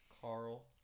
Carl